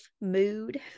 Mood